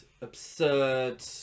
absurd